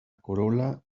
corola